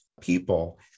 people